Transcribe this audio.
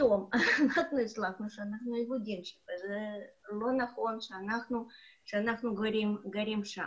שאנחנו כיהודים, לא נכון שנגור שם.